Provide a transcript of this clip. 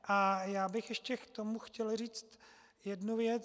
A já bych ještě k tomu chtěl říct jednu věc.